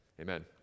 Amen